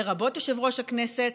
לרבות יושב-ראש הכנסת,